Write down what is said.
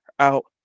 out